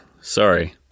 sorry